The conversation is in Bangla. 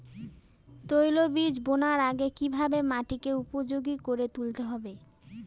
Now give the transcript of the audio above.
তৈলবীজ বোনার আগে কিভাবে মাটিকে উপযোগী করে তুলতে হবে?